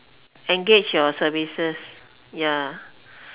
engage your services ya